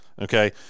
okay